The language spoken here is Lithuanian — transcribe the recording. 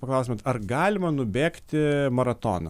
paklaustumėt ar galima nubėgti maratoną